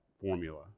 formula